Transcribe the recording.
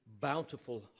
bountiful